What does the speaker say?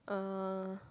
uh